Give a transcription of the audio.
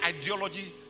ideology